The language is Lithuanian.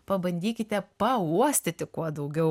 pabandykite pauostyti kuo daugiau